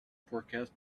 forecast